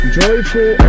joyful